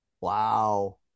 Wow